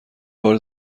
بار